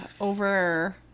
over